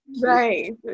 Right